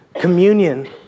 communion